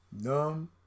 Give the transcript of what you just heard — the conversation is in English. Numb